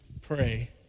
pray